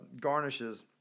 garnishes